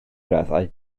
raddau